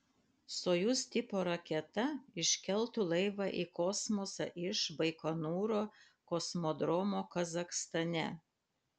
sojuz tipo raketa iškeltų laivą į kosmosą iš baikonūro kosmodromo kazachstane